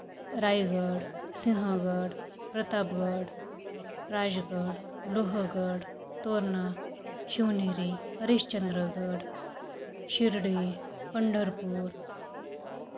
Raigad Sinhagad Pratapgad Rajgad Lohagad Torna Shivneri Harishchandragad Shirdi Pandharpur